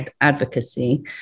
advocacy